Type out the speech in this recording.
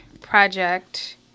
project